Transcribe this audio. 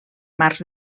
marcs